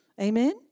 Amen